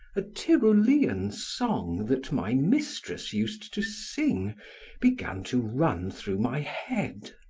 a tyrolean song that my mistress used to sing began to run through my head